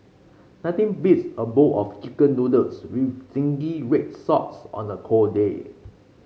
nothing beats a bowl of chicken noodles with zingy red sauce on the cold day